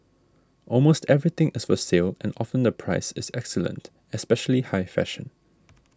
almost everything is for sale and often the price is excellent especially high fashion